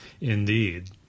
indeed